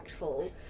impactful